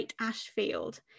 Ashfield